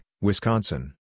Wisconsin